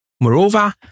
Moreover